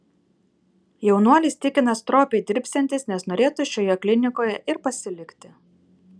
jaunuolis tikina stropiai dirbsiantis nes norėtų šioje klinikoje ir pasilikti